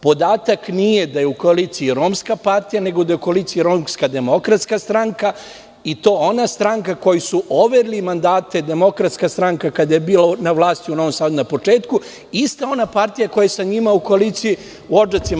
Podatak nije da je u koaliciji Romska partija, nego da je u koaliciji Romska demokratska stranka, i to ona stranka kojoj su overili mandate DS kada je bila na vlasti u Novom Sadu na početku i ista ona partija koja je sa njima u koaliciji u Odžacima.